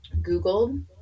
googled